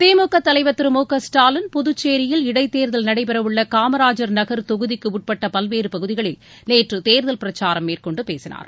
திமுக தலைவர் திரு மு க ஸ்டாலின் புதுச்சேரியில் இடைத்தேர்தல் நடைபெறவுள்ள காமராஜர் நகர் தொகுதிக்குட்பட்ட பல்வேறு பகுதிகளில் நேற்று தேர்தல் பிரச்சாரம் மேற்கொண்டு பேசினார்